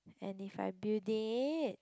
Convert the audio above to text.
and if I build it